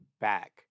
back